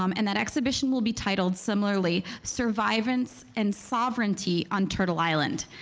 um and that exhibition will be titled similarly, survivance and sovereignty on turtle island,